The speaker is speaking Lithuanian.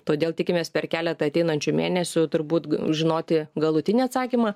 todėl tikimės per keletą ateinančių mėnesių turbūt žinoti galutinį atsakymą